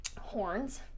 *Horns*